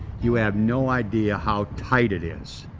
you have no idea how tight it is,